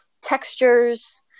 textures